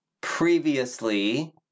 previously